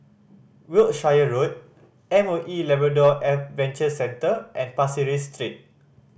Wiltshire Road M O E Labrador Adventure Centre and Pasir Ris Street